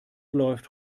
läuft